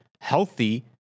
healthy